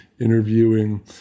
interviewing